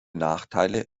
nachteile